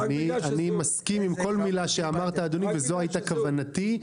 מסכים אם כל מילה שאמרת, אדוני, וזו הייתה כוונתי.